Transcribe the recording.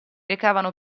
recavano